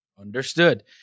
Understood